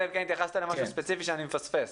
אלא אם כן התייחסת למשהו שאני מפספס.